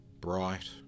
bright